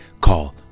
call